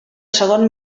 segon